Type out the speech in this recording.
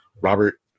robert